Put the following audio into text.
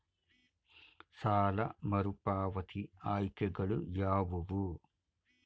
ಸಾಲ ಮರುಪಾವತಿ ಆಯ್ಕೆಗಳು ಯಾವುವು?